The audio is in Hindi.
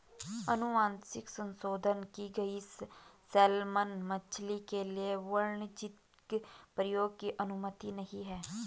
अनुवांशिक संशोधन की गई सैलमन मछली के लिए वाणिज्यिक प्रयोग की अनुमति नहीं है